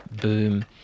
boom